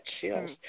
chills